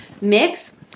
mix